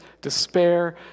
despair